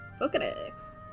Pokedex